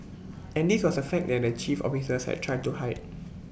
and this was A fact that the chief officers had tried to hide